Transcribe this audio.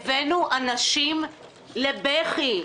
הבאנו אנשים לבכי,